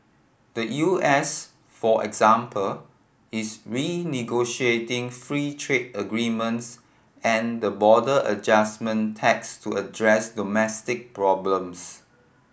the U S for example is renegotiating free trade agreements and the border adjustment tax to address domestic problems